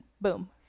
Boom